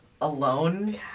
alone